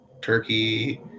Turkey